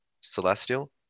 Celestial